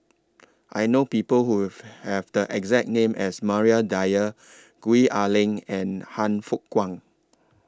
I know People Who Have The exact name as Maria Dyer Gwee Ah Leng and Han Fook Kwang